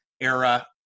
era